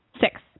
Six